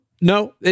No